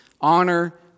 Honor